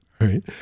Right